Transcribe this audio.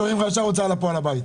שולחים לך ישר הוצאה לפועל לבית.